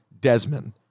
Desmond